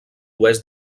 oest